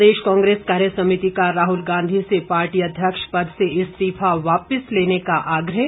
प्रदेश कांग्रेस कार्यसमिति का राहुल गांधी से पार्टी अध्यक्ष पद से इस्तीफा वापिस लेने का आग्रह